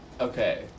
Okay